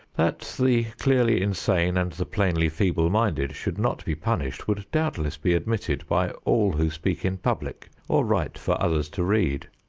that the clearly insane and the plainly feeble-minded should not be punished would doubtless be admitted by all who speak in public or write for others to read.